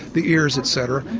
the ears etc.